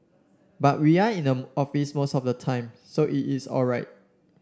but we are in the office most of the time so it is all right